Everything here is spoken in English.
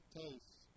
taste